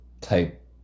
type